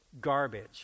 garbage